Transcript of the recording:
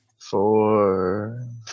Four